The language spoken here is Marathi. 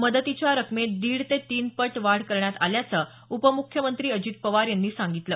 मदतीच्या रकमेत दीड ते तीन पट वाढ करण्यात आल्याचं उपमुख्यमंत्री अजित पवार यांनी सांगितलं